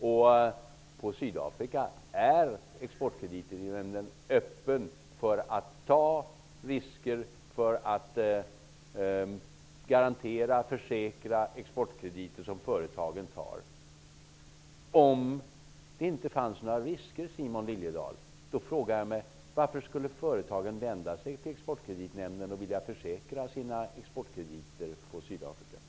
I fråga om Sydafrika är Exportkreditnämnden öppen för att ta risker för att garantera, försäkra, Exportkrediter som företagen tar. Om det inte finns några risker, Simon Liliedahl, frågar jag mig varför företagen vänder sig till Exportkreditnämnden för att försäkra sina exportkrediter på Sydafrika.